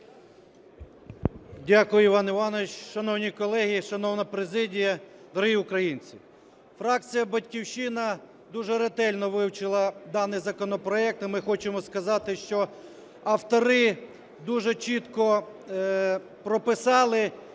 Дякую, Іван Іванович. Шановні колеги, шановна президія, дорогі українці! Фракція "Батьківщина" дуже ретельно вивчила даний законопроект і ми хочемо сказати, що автори дуже чітко прописали